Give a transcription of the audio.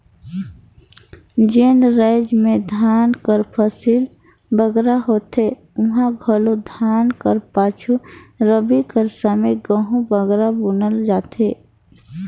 जेन राएज में धान कर फसिल बगरा होथे उहां घलो धान कर पाछू रबी कर समे गहूँ बगरा बुनल जाथे